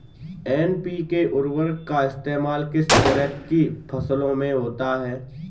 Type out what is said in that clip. NPK उर्वरक का इस्तेमाल किस तरह की फसलों में होता है?